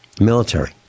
military